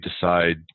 decide